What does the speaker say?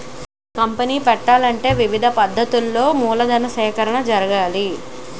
company పెట్టాలంటే వివిధ పద్ధతులలో మూలధన సేకరణ జరగాలి